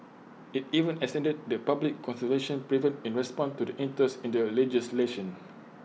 IT even extended the public consultation period in response to the interest in the legislation